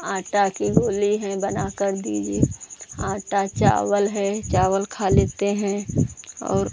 आटा की गोली हैं सब बनाकर दी जा आटा चावल हैं चावल खा लेते हैं और